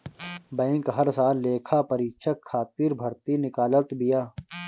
bank हर साल लेखापरीक्षक खातिर भर्ती निकालत बिया